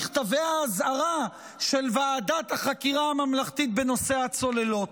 מכתבי האזהרה של ועדת החקירה הממלכתית בנושא הצוללות,